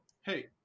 hey